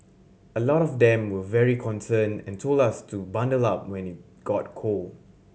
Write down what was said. a lot of them were very concerned and told us to bundle up when it got cold